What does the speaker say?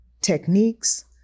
techniques